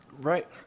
Right